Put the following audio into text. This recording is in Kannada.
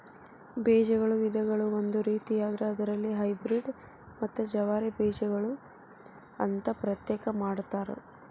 ಬೇಜಗಳ ವಿಧಗಳು ಒಂದು ರೇತಿಯಾದ್ರ ಅದರಲ್ಲಿ ಹೈಬ್ರೇಡ್ ಮತ್ತ ಜವಾರಿ ಬೇಜಗಳು ಅಂತಾ ಪ್ರತ್ಯೇಕ ಮಾಡತಾರ